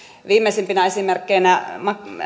viimeisimpinä esimerkkeinä